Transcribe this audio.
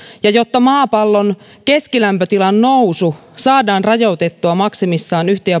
ja jotta maapallon keskilämpötilan nousu saadaan rajoitettua maksimissaan yhteen